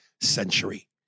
century